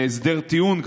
בהסדר טיעון,